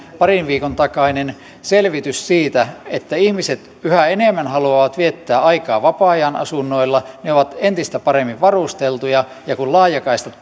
parin viikon takainen selvitys osoittaa että ihmiset yhä enemmän haluavat viettää aikaa vapaa ajan asunnoilla ne ovat entistä paremmin varusteltuja ja kun laajakaistat